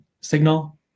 signal